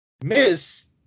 Miss